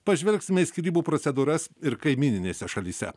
pažvelgsime į skyrybų procedūras ir kaimyninėse šalyse